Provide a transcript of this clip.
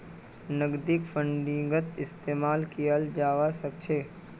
नकदीक फंडिंगत इस्तेमाल कियाल जवा सक छे